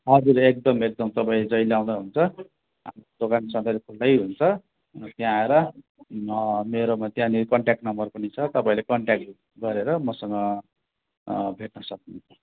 हजुर एकदम एकदम तपाईँ जहिले आउँदा हुन्छ हाम्रो दोकान सधैँ खुल्लै हुन्छ त्यहाँ आएर मेरोमा त्यहाँनिर कन्ट्याक्ट नम्बर पनि छ तपाईँले कन्ट्याक्ट गरेर मसँग भेट्न सक्नुहुन्छ